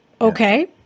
Okay